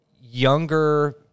younger